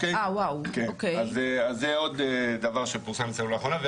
אז זה עוד דבר שפורסם אצלנו לאחרונה.